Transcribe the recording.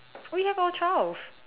we have all twelve